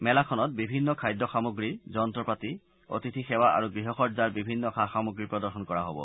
মেলাখনত বিভিন্ন খাদ্য সামগ্ৰী যন্ত্ৰপাতি অতিথি সেৱা আৰু গৃহসজ্জাৰ বিভিন্ন সা সামগ্ৰী প্ৰদৰ্শন কৰা হ'ব